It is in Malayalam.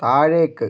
താഴേക്ക്